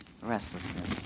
restlessness